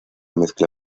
mezcla